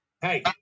Hey